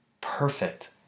perfect